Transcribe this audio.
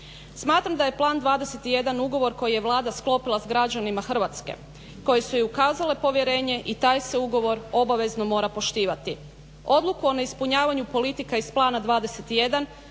Smatram da je Plan 21 ugovor koji je Vlada sklopila s građanima Hrvatske koji su joj ukazali povjerenje i taj se ugovor obavezno mora poštivati. Odluku o neispunjavanju politika iz Plana 21